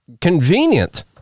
convenient